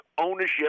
ownership